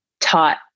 taught